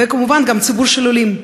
וכמובן, גם הציבור של העולים.